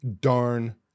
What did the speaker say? darn